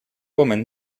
woman